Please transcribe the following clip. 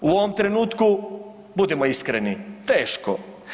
U ovom trenutku, budimo iskreni, teško.